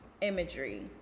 imagery